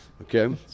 Okay